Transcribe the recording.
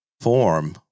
form